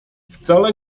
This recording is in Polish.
wcale